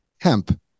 hemp